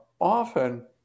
often